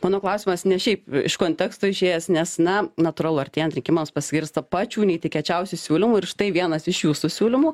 mano klausimas ne šiaip iš konteksto išėjęs nes na natūralu artėjant rinkimams pasigirsta pačių neįtikėčiausių siūlymų ir štai vienas iš jūsų siūlymų